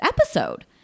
episode